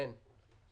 אין.